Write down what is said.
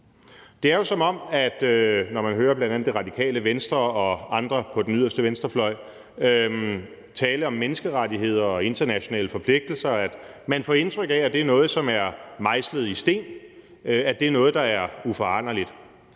have været inde. Når man hører bl.a. Radikale Venstre og andre på den yderste venstrefløj tale om menneskerettigheder og internationale forpligtelser, får man indtryk af, at det er noget, som er mejslet i sten, at det er noget, som er uforanderligt.